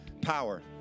power